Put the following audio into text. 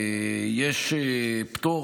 יש פטור.